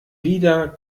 wieder